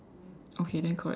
okay then correct